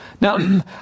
now